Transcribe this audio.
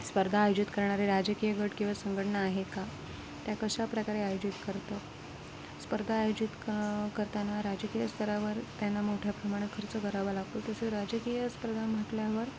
स्पर्धा आयोजित करणारे राजकीय गट किंवा संघटना आहे का त्या कशा प्रकारे आयोजित करतं स्पर्धा आयोजित क करताना राजकीय स्तरावर त्यांना मोठ्या प्रमाणात खर्च करावा लागतो तसंच राजकीय स्पर्धा म्हटल्यावर